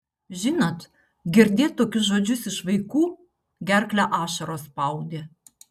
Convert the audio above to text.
žinot girdėt tokius žodžius iš vaikų gerklę ašaros spaudė